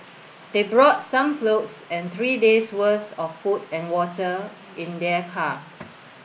they brought some clothes and three days' worth of food and water in their car